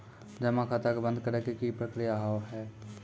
जमा खाता के बंद करे के की प्रक्रिया हाव हाय?